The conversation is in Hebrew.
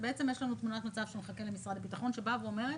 בעצם יש לנו תמונת מצב שמחכה למשרד הביטחון שאומרת: